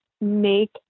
make